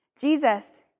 Jesus